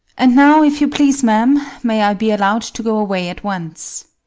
and now, if you please, ma'am, may i be allowed to go away at once?